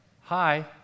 hi